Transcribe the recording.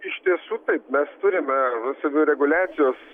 iš tiesų taip mes turime savireguliacijos